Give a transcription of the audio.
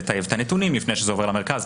לטייב את הנתונים לפני שזה עובר למרכז,